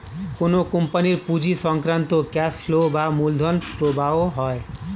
কোন কোম্পানির পুঁজি সংক্রান্ত ক্যাশ ফ্লো বা মূলধন প্রবাহ হয়